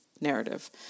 narrative